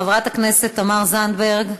חברת הכנסת תמר זנדברג,